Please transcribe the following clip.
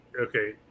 Okay